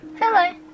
Hello